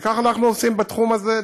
וכך אנחנו עושים בתחום הזה.